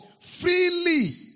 freely